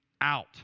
out